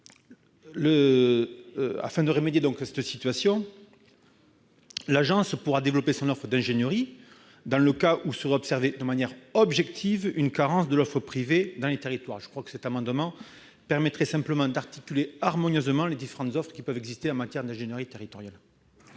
Afin de remédier à cette situation, l'agence pourra développer son offre d'ingénierie, dans le cas où serait observée de manière objective une carence de l'offre privée dans les territoires. Cet amendement permettrait ainsi d'articuler harmonieusement les différentes offres qui peuvent exister en matière d'ingénierie territoriale.